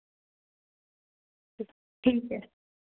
ठीक ऐ